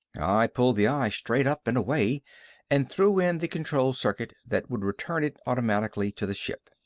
i pulled the eye straight up and away and threw in the control circuit that would return it automatically to the ship.